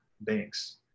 banks